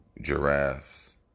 giraffes